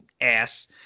ass